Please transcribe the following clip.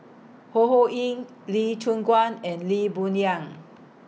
Ho Ho Ying Lee Choon Guan and Lee Boon Yang